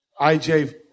IJ